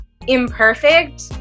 imperfect